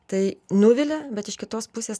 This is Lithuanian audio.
tai nuvilia bet iš kitos pusės